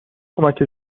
کمک